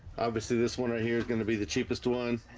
obviously, this one right here is gonna be the cheapest one